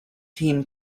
team